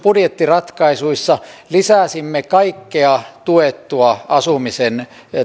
budjettiratkaisuissa lisäsimme kaikkea tuettua asumisen